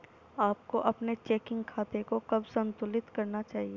आपको अपने चेकिंग खाते को कब संतुलित करना चाहिए?